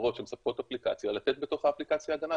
החברות שמספקות אפליקציה לתת בתוך האפליקציה הגנה,